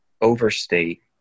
overstate